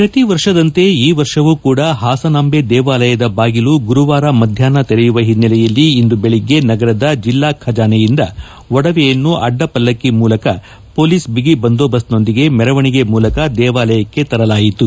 ಪ್ರತಿವರ್ಷದಂತೆ ಈ ವರ್ಷವೂ ಕೂಡ ಹಾಸನಾಂದೆ ದೇವಾಲಯದ ಬಾಗಿಲು ಗುರುವಾರ ಮಧ್ಯಾಪ್ನ ತೆರೆಯುವ ಹಿನ್ನೆಲೆಯಲ್ಲಿ ಇಂದು ದೆಳಗ್ಗೆ ನಗರದ ಜಿಲ್ಲಾ ಖಜಾನೆಯಿಂದ ಒಡವೆಯನ್ನು ಅಡ್ಡ ಪಲ್ಲಕ್ಷಿ ಮೂಲಕ ಪೊಲೀಸ್ ಬಿಗಿ ಬಂದೂಬಸ್ತ್ ನೊಂದಿಗೆ ಮೆರವಣಿಗೆ ಮೂಲಕ ದೇವಾಲಯಕ್ಕೆ ತರಲಾಯಿತು